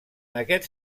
aquests